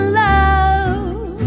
love